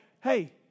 hey